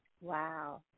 wow